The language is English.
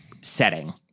setting